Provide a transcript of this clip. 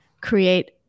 create